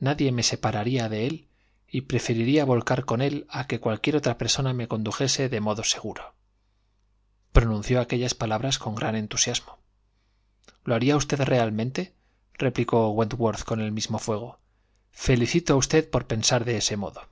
nadie me separaría de él y preferiría volcar con él a que cualquier otra persona me condujese de modo seguro pronunció aquellas palabras con gran entusiasmo lo haría usted realmente replicó wentwortfa con el mismo fuego felicito a usted por pensar de ese modo